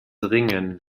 ringen